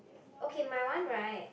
okay my one right